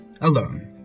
alone